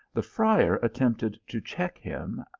the friar attempted to check him,